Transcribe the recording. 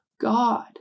God